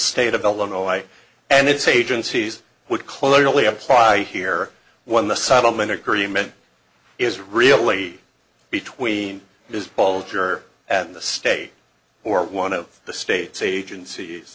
state of illinois and its agencies would clearly apply here when the settlement agreement is really between is baltar and the state or one of the state's agencies